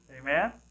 Amen